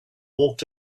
walked